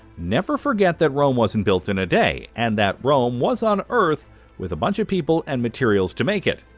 never forget that rome wasn't built in a day. and that rome was on earth with a bunch of people and materials to make it.